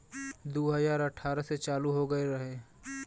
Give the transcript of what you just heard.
दू हज़ार अठारह से चालू हो गएल रहे